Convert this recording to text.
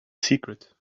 secret